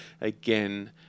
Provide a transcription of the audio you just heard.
again